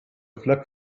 flap